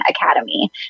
Academy